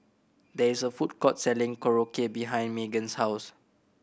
there is a food court selling Korokke behind Meagan's house